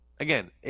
Again